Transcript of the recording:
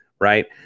right